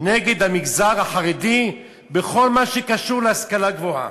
נגד המגזר החרדי בכל מה שקשור להשכלה גבוהה?